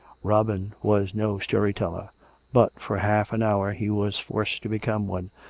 robin was no story-teller but for half an hour he was forced to become one,